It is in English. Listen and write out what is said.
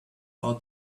our